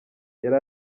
yari